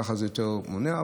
כך זה יותר מונע.